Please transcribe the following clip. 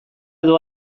edo